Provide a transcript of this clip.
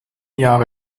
jahre